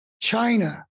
China